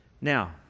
Now